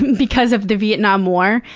because of the vietnam war.